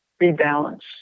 rebalance